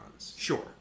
Sure